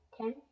ten